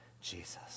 Jesus